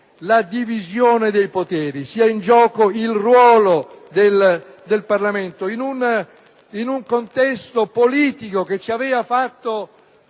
la divisione dei poteri, in particolare il ruolo del Parlamento, in un contesto politico che ci aveva fatto